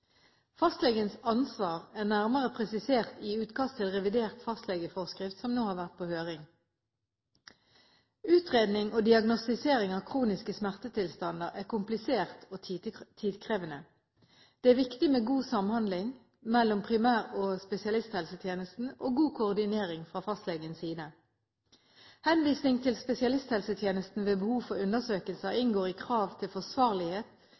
Fastlegens ansvar er nærmere presisert i utkast til revidert fastlegeforskrift som nå har vært på høring. Utredning og diagnostisering av kroniske smertetilstander er komplisert og tidkrevende. Det er viktig med god samhandling mellom primær- og spesialisthelsetjenesten og god koordinering fra fastlegens side. Henvisning til spesialisthelsetjenesten ved behov for undersøkelser inngår i krav til forsvarlighet